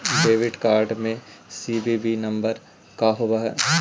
Debit card में CVV number का होव हइ?